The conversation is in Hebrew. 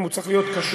הוא צריך להיות קשוב.